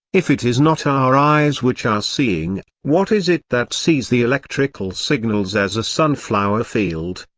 if it is not our eyes which are seeing, what is it that sees the electrical signals as a sunflower field,